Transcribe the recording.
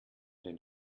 den